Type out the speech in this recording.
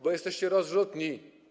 Bo jesteście rozrzutni.